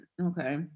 Okay